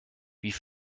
wie